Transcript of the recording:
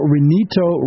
Renito